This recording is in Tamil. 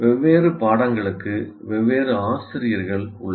வெவ்வேறு பாடங்களுக்கு வெவ்வேறு ஆசிரியர்கள் உள்ளனர்